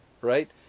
right